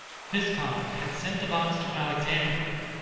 physcon had sent the box to alexandria,